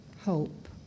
Hope